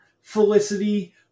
Felicity